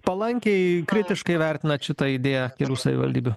palankiai kritiškai vertinat šitą idėją kelių savivaldybių